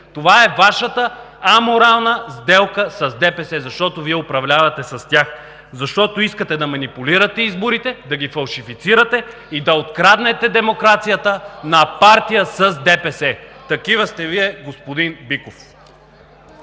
Това е Вашата аморална сделка с ДПС, защото Вие управлявате с тях, защото искате да манипулирате изборите, да ги фалшифицирате и да откраднете демокрацията в комбина с ДПС. Такива сте Вие, господин Биков!